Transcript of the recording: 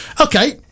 Okay